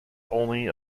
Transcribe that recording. only